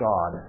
God